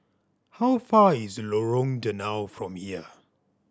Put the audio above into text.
how far is Lorong Danau from here